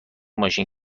ماشین